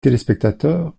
téléspectateurs